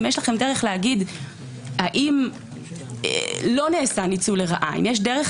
האם יש לכם דרך להגיד אם לא נעשה ניצול לרעה האם יש לכם דרך